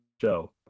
show